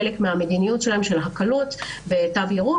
חלק ממדיניות ההקלות שלהם בתו ירוק,